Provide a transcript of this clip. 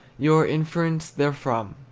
your inference therefrom!